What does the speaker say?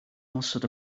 osod